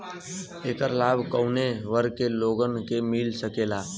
ऐकर लाभ काउने वर्ग के लोगन के मिल सकेला?